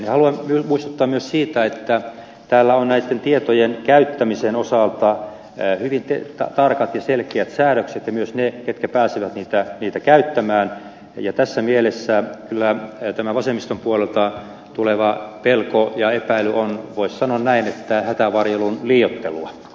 haluan muistuttaa myös siitä että täällä on näiden tietojen käyttämisen osalta hyvin tarkat ja selkeät säädökset ja myös siitä ketkä pääsevät niitä käyttämään ja tässä mielessä kyllä tämä vasemmiston puolelta tuleva pelko ja epäily on voisi sanoa näin hätävarjelun liioittelua